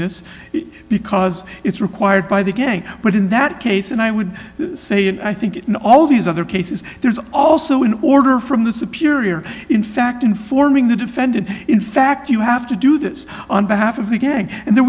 this because it's required by the game but in that case and i would say and i think in all these other cases there's also an order from the superior in fact informing the defendant in fact you have to do this on behalf of the gang and there